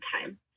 time